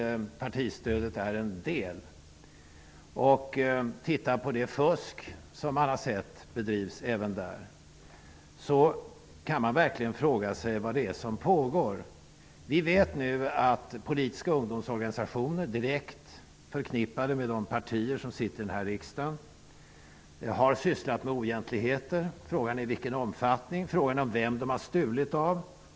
Partistödet utgör en del av detta. Låt oss titta på det fusk som bedrivs. Vi kan verkligen fråga oss vad det är som pågår. Vi vet att politiska ungdomsorganisationer direkt förknippade med de partier som sitter i den här riksdagen har sysslat med oegentligheter. Frågan är i vilken omfattning, och frågan är vem de har stulit från.